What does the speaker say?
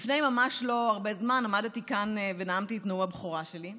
לפני ממש לא הרבה זמן עמדתי כאן ונאמתי את נאום הבכורה שלי.